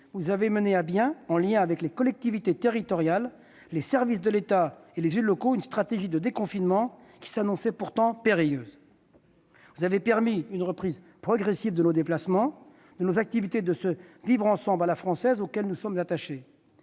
vous avez mené à bien, en lien avec les collectivités territoriales, les services de l'État et les élus locaux, une stratégie de déconfinement qui s'annonçait pourtant périlleuse. Vous avez permis une reprise progressive de nos déplacements, de nos activités, de ce vivre ensemble à la française auquel nous sommes attachés.